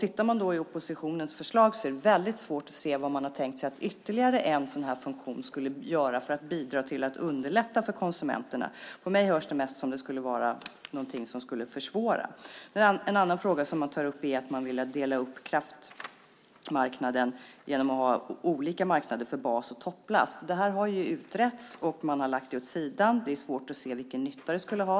I oppositionens förslag är det svårt att se vad man har tänkt sig att ytterligare en sådan funktion skulle göra för att underlätta för konsumenterna. För mig låter det mest som om det skulle försvåra. En annan fråga som man tar upp är att man vill dela upp kraftmarknaden genom att ha olika marknader för bas och topplast. Detta har ju utretts, och man har lagt det åt sidan. Det är svårt att se vilken nytta det skulle ha.